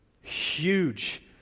Huge